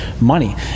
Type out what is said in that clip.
money